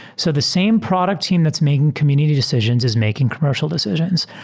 so the same product team that's making community decisions is making commercial decisions.